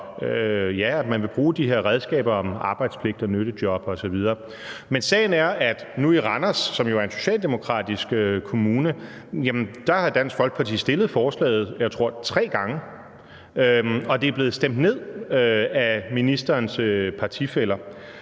at man vil bruge de her redskaber med arbejdspligt, nyttejob osv. Men sagen er, at i Randers, som jo er en socialdemokratisk kommune, har Dansk Folkeparti stillet forslaget, jeg tror, det er tre gange, og det er blevet stemt ned af ministerens partifæller.